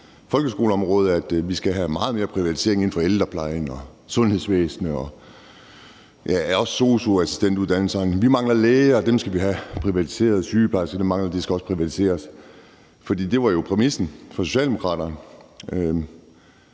folkeskoleområdet – at vi skal have meget mere privatisering inden for ældreplejen og sundhedsvæsenet og også sosu-uddannelserne. Vi mangler læger, og det skal vi have privatiseret, og vi mangler også sygeplejersker, og det skal også privatiseres. For det var jo præmissen for Socialdemokraterne.